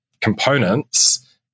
components